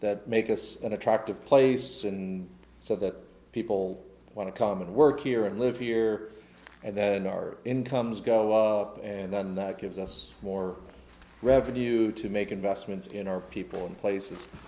that make us an attractive place and so that people want to come and work here and live here and then our incomes go up and then that gives us more revenue to make investments in our people in place